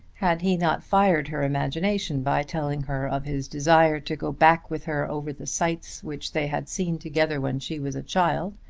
had he not fired her imagination by telling her of his desire to go back with her over the sites which they had seen together when she was a child,